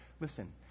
listen